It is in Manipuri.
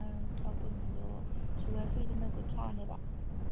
ꯂꯨꯄꯥ ꯀꯨꯟꯗꯣ ꯁꯨꯒꯔ ꯐ꯭ꯔꯤꯗꯨꯅ ꯀꯨꯟꯊ꯭ꯔꯥꯅꯦꯕ